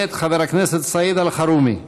מאת חבר הכנסת סעיד אלחרומי.